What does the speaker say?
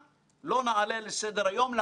היו פה הרבה ועדות חקירה ממלכתיות,